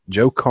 Joe